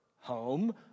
Home